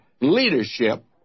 leadership